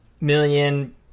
million